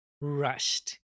rushed